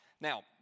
Now